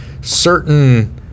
certain